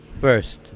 first